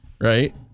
Right